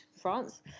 France